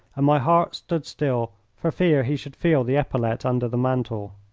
and my heart stood still for fear he should feel the epaulet under the mantle.